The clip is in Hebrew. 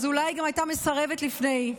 אז אולי היא גם הייתה מסרבת לפני,